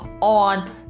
on